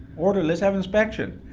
order, let's have inspection.